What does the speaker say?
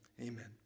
Amen